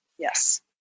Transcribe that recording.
Yes